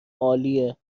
عالیه